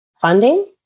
funding